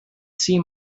see